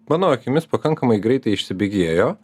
mano akimis pakankamai greitai išsibėgėjo